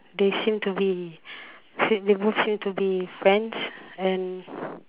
they seem to be see they both seem to be friends and